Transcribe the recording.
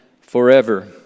forever